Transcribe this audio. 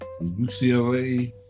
UCLA